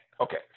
okay